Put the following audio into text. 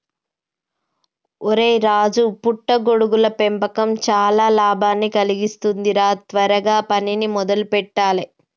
ఒరై రాజు పుట్ట గొడుగుల పెంపకం చానా లాభాన్ని కలిగిస్తుంది రా త్వరగా పనిని మొదలు పెట్టాలే